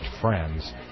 friends